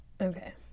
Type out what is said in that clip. Okay